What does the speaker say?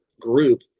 group